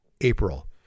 April